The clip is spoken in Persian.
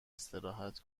استراحت